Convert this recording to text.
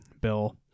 bill